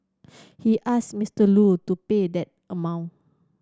he asked Mister Lu to pay that amount